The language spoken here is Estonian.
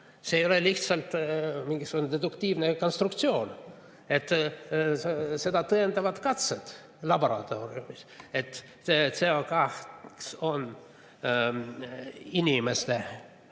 See ei ole lihtsalt mingisugune deduktiivne konstruktsioon, vaid seda tõendavad katsed laboratooriumis, et CO2on inimeste